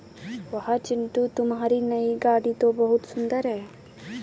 वाह चिंटू तुम्हारी नई गाड़ी तो बहुत सुंदर है